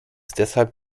deshalb